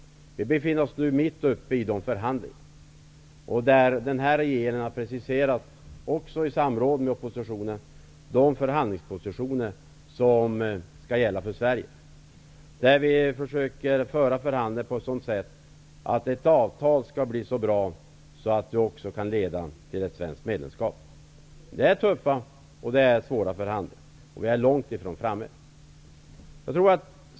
Vi befinner oss mitt uppe i dessa förhandlingar. Regeringen har, i samråd med oppositionen, preciserat de förhandlingspositioner som skall gälla för Sverige. Förhandlingarna förs på ett sådant sätt att avtalet skall bli så bra att det kan leda till ett svensk medlemskap. Men förhandlingarna är tuffa och svåra, och vi är långt ifrån framme.